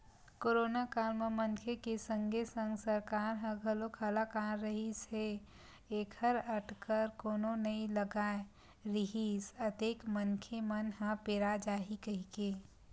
करोनो काल म मनखे के संगे संग सरकार ह घलोक हलाकान रिहिस हे ऐखर अटकर कोनो नइ लगाय रिहिस अतेक मनखे मन ह पेरा जाही कहिके